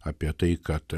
apie tai kad